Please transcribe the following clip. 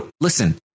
Listen